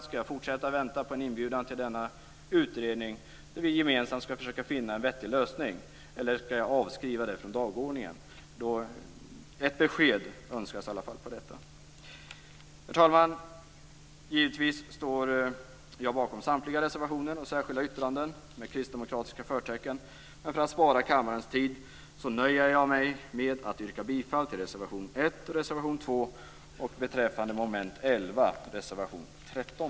Skall jag fortsätta vänta på en inbjudan till en utredning där vi gemensamt skall försöka finna en vettig lösning? Eller skall jag avskriva den från dagordningen? Jag önskar ett besked om detta. Herr talman! Givetvis står jag bakom samtliga reservationer och särskilda yttranden med kristdemokratiska förtecken, men för att spara kammarens tid nöjer jag mig med att yrka bifall till reservation 1 och reservation 2. Under moment 11 yrkar jag bifall till reservation 13.